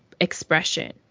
expression